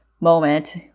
moment